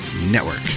Network